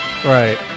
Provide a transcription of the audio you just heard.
Right